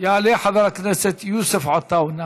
יעלה חבר הכנסת יוסף עטאונה.